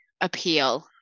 appeal